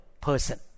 person